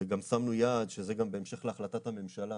וגם שמנו יעד, שזה גם בהמשך להחלטת הממשלה